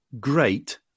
great